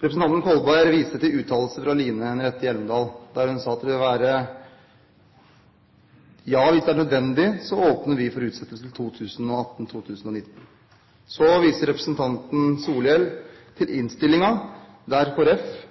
Representanten Kolberg viste til uttalelser fra Line Henriette Hjemdal, der hun sa at hvis det er nødvendig, så åpner de for utsettelse til 2018–2019. Så viser representanten Solhjell til innstillingen, der